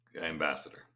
ambassador